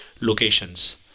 locations